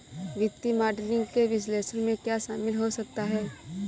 वित्तीय मॉडलिंग के विश्लेषण में क्या शामिल हो सकता है?